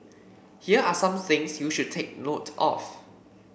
here are some things you should take note of